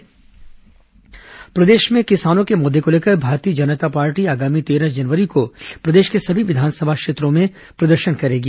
Janjgir Bhajpa press conference प्रदेश में किसानों के मुद्दे को लेकर भारतीय जनता पार्टी आगामी तेरह जनवरी को प्रदेश के सभी विधानसभा क्षेत्रों में प्रदर्शन करेगी